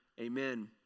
Amen